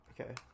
Okay